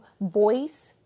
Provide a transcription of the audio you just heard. voice